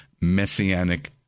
messianic